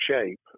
shape